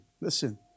listen